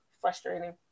frustrating